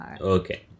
Okay